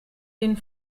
den